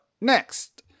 next